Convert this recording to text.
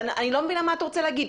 אני לא מבינה מה אתה רוצה להגיד,